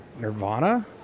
Nirvana